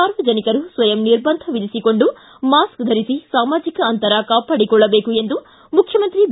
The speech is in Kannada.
ಸಾರ್ವಜನಿಕರು ಸ್ವಯಂ ನಿರ್ಬಂಧ ವಿಧಿಸಿಕೊಂಡು ಮಾಸ್ಕ್ ಧರಿಸಿ ಸಾಮಾಜಿಕ ಅಂತರ ಕಾಪಾಡಿಕೊಳ್ಳಬೇಕು ಎಂದು ಮುಖ್ಯಮಂತ್ರಿ ಬಿ